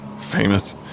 Famous